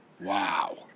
Wow